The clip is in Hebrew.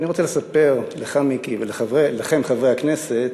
אני רוצה לספר לך, מיקי, ולכם, חברי הכנסת,